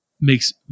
makes